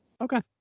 Okay